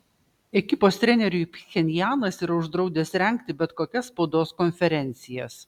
ekipos treneriui pchenjanas yra uždraudęs rengti bet kokias spaudos konferencijas